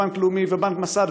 בנק לאומי ובנק מסד,